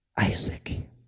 Isaac